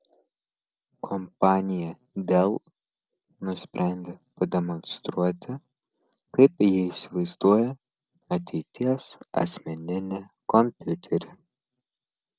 kompanija dell nusprendė pademonstruoti kaip ji įsivaizduoja ateities asmeninį kompiuterį